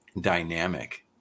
dynamic